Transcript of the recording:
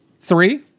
Three